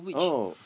oh